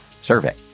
survey